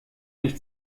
nicht